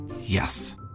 Yes